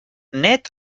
net